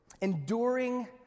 enduring